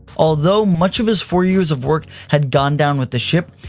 although much of his four years of work had gone down with the ship,